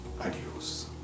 adios